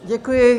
Děkuji.